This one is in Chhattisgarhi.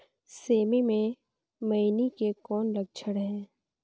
सेमी मे मईनी के कौन लक्षण हे?